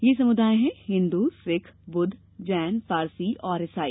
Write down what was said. ये समुदाय हैं हिन्दू सिख बुद्ध जैन पारसी और ईसाई